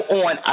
on